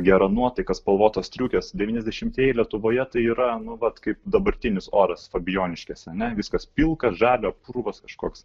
gera nuotaika spalvotos striukės devyniasdešimtieji lietuvoje tai yra nu vat kaip dabartinis oras fabijoniškėse ne viskas pilka žalia purvas kažkoks